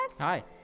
hi